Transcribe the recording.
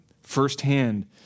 firsthand